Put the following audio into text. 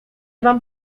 wam